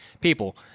people